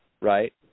right